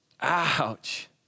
ouch